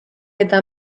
eta